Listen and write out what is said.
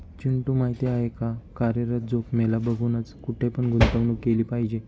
चिंटू माहिती आहे का? कार्यरत जोखीमीला बघूनच, कुठे पण गुंतवणूक केली पाहिजे